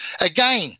Again